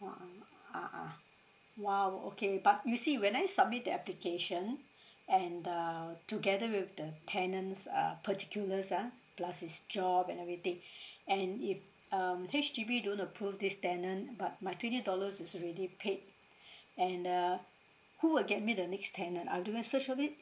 a'ah a'ah !wow! okay but you see when I submit the application and uh together with the tenant's err particulars ah plus his job and everything and if um H_D_B don't approve this tenant but my twenty dollars is already paid and err who will get me the next tenant I'll do a search of it